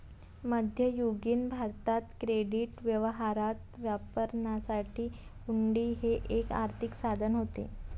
मध्ययुगीन भारतात क्रेडिट व्यवहारात वापरण्यासाठी हुंडी हे एक आर्थिक साधन होते